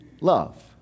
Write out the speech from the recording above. Love